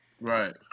Right